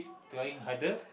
trying harder